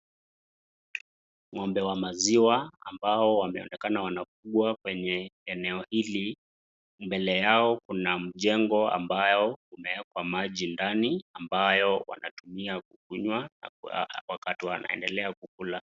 Ng'ombe wa maziwa ambao wameonekana wanakuwa kwenye eneo hili, mbele yao kuna mjengo ambayo umewekwa maji ndani ambayo wanatumia kukunywa wakati wanaendelea kukula.